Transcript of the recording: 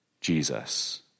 Jesus